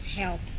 help